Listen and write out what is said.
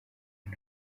ngo